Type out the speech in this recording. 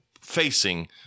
facing